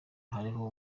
hariho